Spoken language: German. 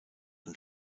und